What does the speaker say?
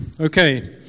Okay